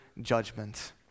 judgment